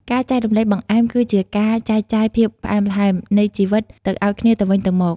ការចែករំលែកបង្អែមគឺជាការចែកចាយ "ភាពផ្អែមល្ហែម" នៃជីវិតទៅឱ្យគ្នាទៅវិញទៅមក។